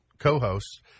co-hosts